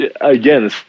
again